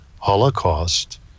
Holocaust